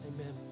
Amen